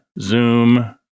Zoom